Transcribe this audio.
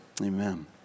Amen